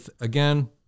again